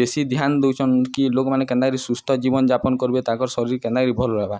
ବେଶୀ ଧ୍ୟାନ ଦଉଚନ୍ କି ଲୋକମାନେ କେନ୍ନାରି ସୁସ୍ଥ ଜୀବନ ଯାପନ କରିବେ ତାଙ୍କର ଶରୀର କେନ୍ତାକରି ଭଲ୍ ରହିବା